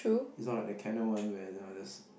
it's not the Canon one where that one is